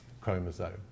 chromosome